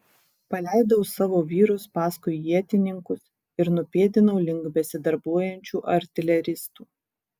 paleidau savo vyrus paskui ietininkus ir nupėdinau link besidarbuojančių artileristų